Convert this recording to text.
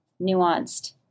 nuanced